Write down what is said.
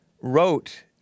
wrote